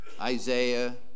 Isaiah